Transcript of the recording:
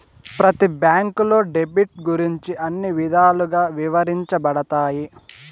ప్రతి బ్యాంకులో డెబిట్ గురించి అన్ని విధాలుగా ఇవరించబడతాయి